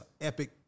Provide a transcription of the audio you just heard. epic